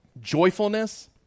Joyfulness